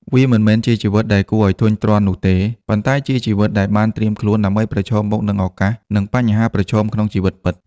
វាមិនមែនជាជីវិតដែលគួរឱ្យធុញទ្រាន់នោះទេ ប៉ុន្តែជាជីវិតដែលបានត្រៀមខ្លួនដើម្បីប្រឈមមុខនឹងឱកាសនិងបញ្ហាប្រឈមក្នុងជីវិតពិត។